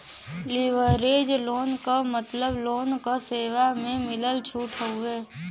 leverage loan क मतलब loan क सेवा म मिलल छूट हउवे